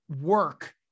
work